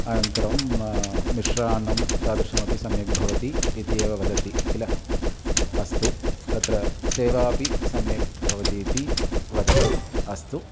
अनन्तरं मिश्रान्नं तादृशमपि सम्यक् भवति इति एव वदति किल अस्तु तत्र सेवा अपि सम्यक् भवति इति वदति अस्तु